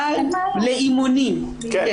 אבל לאימונים, כן.